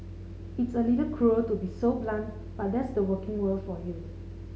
it's a little cruel to be so blunt but that's the working world for you